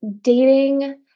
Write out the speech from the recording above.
dating